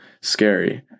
scary